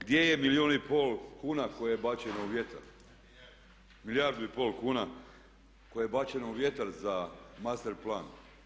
Gdje je milijun i pol kuna koje je bačeno u vjetar? [[Upadica: Milijardu.]] Milijardu i pol kuna koje je bačeno u vjetar za master plan.